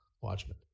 Watchmen